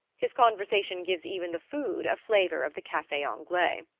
his conversation gives even the food a flavor of the cafe anglais.